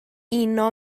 uno